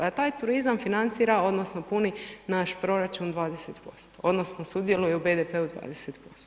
A taj turizam financira odnosno puni naš proračun 20%, odnosno sudjeluju u BDP-u 20%